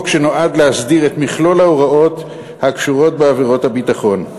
שנועדה להסדיר את מכלול ההוראות הקשורות בעבירות הביטחון.